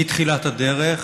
מתחילת הדרך